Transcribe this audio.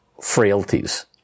frailties